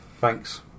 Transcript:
thanks